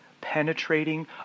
penetrating